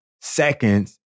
seconds